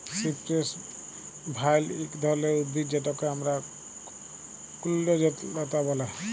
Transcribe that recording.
cypress vine ইক ধরলের উদ্ভিদ যেটকে আমরা কুল্জলতা ব্যলে